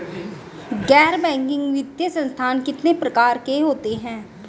गैर बैंकिंग वित्तीय संस्थान कितने प्रकार के होते हैं?